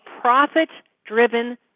profit-driven